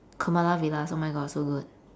kamala villas oh my god so good